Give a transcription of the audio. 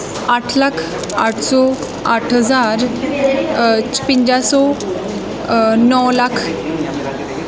ਅੱਠ ਲੱਖ ਅੱਠ ਸੌ ਅੱਠ ਹਜ਼ਾਰ ਛਿਵੰਜਾ ਨੌ ਲੱਖ